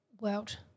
world